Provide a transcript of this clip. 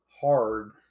hard